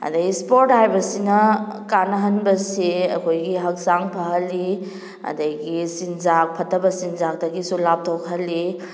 ꯑꯗꯩ ꯏꯁꯄꯣꯔꯠ ꯍꯥꯏꯕꯁꯤꯅ ꯀꯥꯅꯍꯟꯕꯁꯦ ꯑꯩꯈꯣꯏꯒꯤ ꯍꯛꯆꯥꯡ ꯐꯍꯜꯂꯤ ꯑꯗꯒꯤ ꯆꯤꯟꯖꯥꯛ ꯐꯠꯇꯕ ꯆꯤꯟꯖꯥꯛꯇꯒꯤꯁꯨ ꯂꯥꯞꯊꯣꯛꯍꯜꯂꯤ